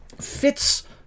fits